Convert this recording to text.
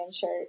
shirt